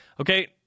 Okay